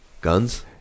guns